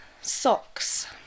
Socks